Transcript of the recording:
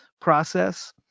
process